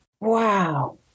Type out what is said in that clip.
Wow